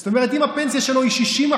זאת אומרת, אם הפנסיה שלו היא 60%,